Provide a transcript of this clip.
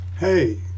Hey